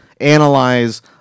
analyze